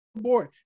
board